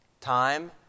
Time